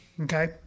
Okay